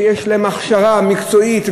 שיש להם הכשרה מקצועית,